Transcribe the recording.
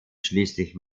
schließlich